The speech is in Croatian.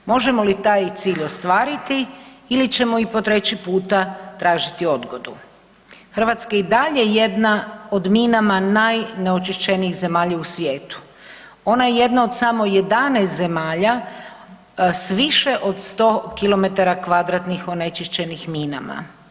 Možemo li taj cilj ostvariti ili ćemo po treći puta tražiti odgodu Hrvatska je i dalje jedna od minama najneočišćenijih zemalja u svijetu, ona je jedna od samo 11 zemalja s više od 100 km2 onečišćenih minama.